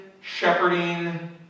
shepherding